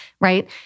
right